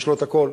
יש לו את הכול.